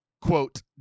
quote